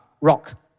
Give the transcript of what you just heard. rock